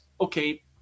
okay